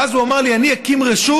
ואז הוא אמר לי: אני אקים רשות,